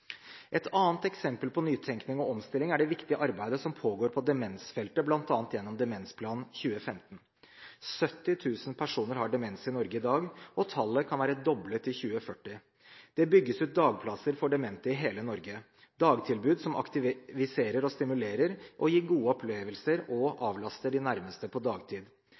Et annet eksempel på nytenkning og omstilling er det viktige arbeidet som pågår på demensfeltet, bl.a. gjennom Demensplan 2015. 70 000 personer har demens i Norge i dag, og tallet kan være doblet i 2040. Det bygges ut dagplasser for demente i hele Norge, dagtilbud som aktiviserer, stimulerer og gir gode opplevelser, og som avlaster de nærmeste på dagtid.